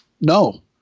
No